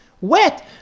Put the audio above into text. Wet